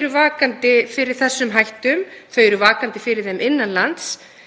eru vakandi fyrir þessum hættum, þau eru vakandi fyrir þeim innan lands